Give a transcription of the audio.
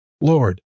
Lord